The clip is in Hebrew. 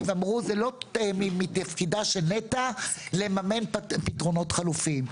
ואמרו שזה לא מתפקידה של נת"ע לממן פתרונות חלופיים.